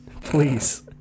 Please